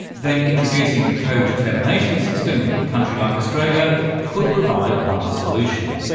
then introducing a codetermination system into a country like australia could provide one solution.